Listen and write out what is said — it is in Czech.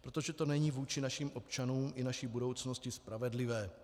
Protože to není vůči našim občanům i naší budoucnosti spravedlivé.